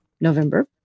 November